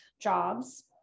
jobs